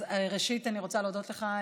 אז ראשית אני רוצה להודות לך,